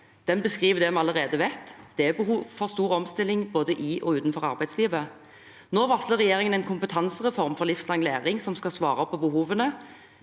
Den beskriver det vi allerede vet, at det er behov for stor omstilling både i og utenfor arbeidslivet. Nå varsler regjeringen en kompetansereform for livslang læring som skal svare på behovene.